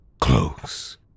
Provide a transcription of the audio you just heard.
Close